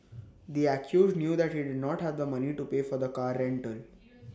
the accused knew that he did not have the money to pay for the car rental